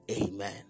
Amen